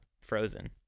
Frozen